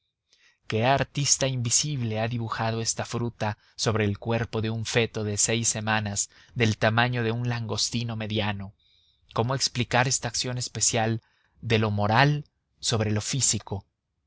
qué artista invisible ha dibujado esta fruta sobre el cuerpo de un feto de seis semanas del tamaño de un langostino mediano cómo explicar esta acción especial de lo moral sobre lo físico